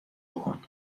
بکن